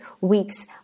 weeks